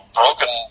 broken